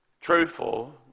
Truthful